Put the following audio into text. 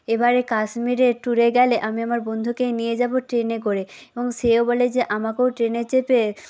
এবারে কাশ্মীরে ট্যুরে গেলে আমি আমার বন্ধুকে নিয়ে যাবো ট্রেনে করে এবং সেও বলে যে আমাকেও ট্রেনে চেপে